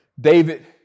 David